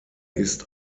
ist